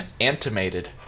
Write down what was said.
Animated